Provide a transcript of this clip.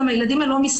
גם הילדים הם לא משחק.